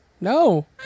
No